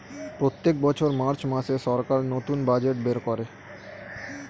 প্রত্যেক বছর মার্চ মাসে সরকার নতুন বাজেট বের করে